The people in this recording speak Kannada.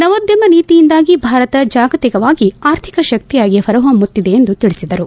ನವೋದ್ದಮ ನೀತಿಯಿಂದಾಗಿ ಭಾರತ ಜಾಗತಿಕವಾಗಿ ಆರ್ಥಿಕ ಶಕ್ತಿಯಾಗಿ ಹೊರಹೊಮ್ಮತ್ತಿದೆ ಎಂದು ತಿಳಿಸಿದರು